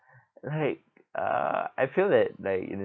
like uh I feel that like in the